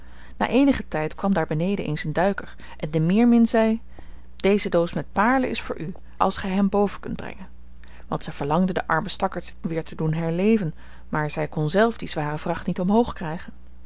na eenigen tijd kwam daar beneden eens een duiker en de meermin zei deze doos met paarlen is voor u als gij hem boven kunt brengen want zij verlangde de arme stakkerds weer te doen herleven maar zij kon zelf die zware vracht niet omhoog krijgen